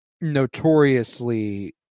notoriously